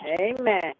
Amen